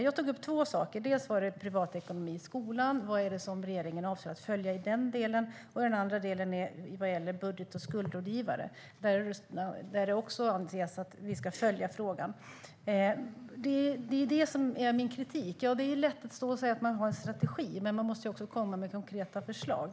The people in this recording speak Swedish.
Jag tog upp privatekonomi i skolan. Vad är det som regeringen avser att följa i den delen? Den andra delen gäller budget och skuldrådgivare. Där säger ni att ni ska följa frågan. Det är det som är min kritik. Det är lätt att säga att man har en strategi, men man måste också komma med konkreta förslag.